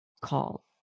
call